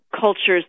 cultures